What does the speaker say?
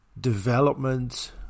development